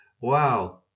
Wow